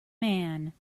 man